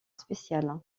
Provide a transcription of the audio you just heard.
spéciale